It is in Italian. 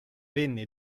venne